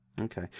Okay